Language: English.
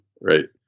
right